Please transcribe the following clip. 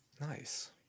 Nice